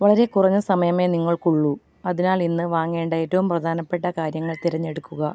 വളരെ കുറഞ്ഞ സമയമേ നിങ്ങൾക്കുള്ളൂ അതിനാൽ ഇന്ന് വാങ്ങേണ്ട ഏറ്റവും പ്രധാനപ്പെട്ട കാര്യങ്ങളെ തിരഞ്ഞെടുക്കുക